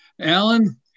Alan